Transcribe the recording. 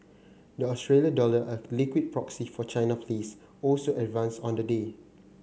the Australia dollar a liquid proxy for China plays also advanced on the day